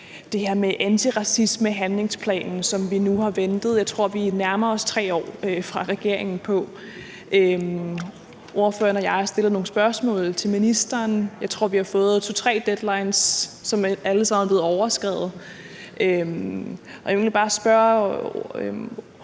det her med antiracismehandlingsplanen, som jeg tror vi nu har ventet på i næsten 3 år regeringen skulle komme med. Ordføreren og jeg har stillet nogle spørgsmål til ministeren, og jeg tror, vi har fået to-tre deadlines, som alle sammen er blevet overskredet. Jeg vil egentlig bare spørge